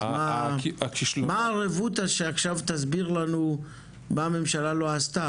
אז מה הרבותא שעכשיו תסביר לנו מה הממשלה לא עשתה?